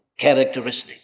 characteristic